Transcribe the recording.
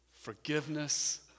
forgiveness